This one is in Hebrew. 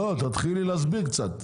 לא, תתחילי להסביר קצת.